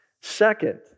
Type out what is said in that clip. Second